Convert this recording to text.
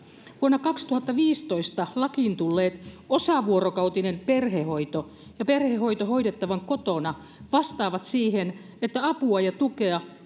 vuonna kaksituhattaviisitoista lakiin tulleet osavuorokautinen perhehoito ja perhehoito hoidettavan kotona vastaavat siihen että apua ja tukea